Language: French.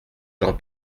jean